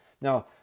Now